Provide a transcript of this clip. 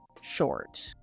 short